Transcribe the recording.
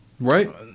Right